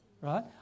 right